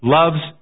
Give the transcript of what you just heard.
loves